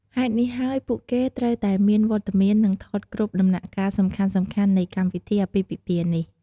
ហេតុនេះហើយពួកគេត្រូវតែមានវត្តមាន និងថតគ្រប់ដំណាក់កាលសំខាន់ៗនៃកម្មពិធីអាពាហ៍ពិពាហ៍នេះ។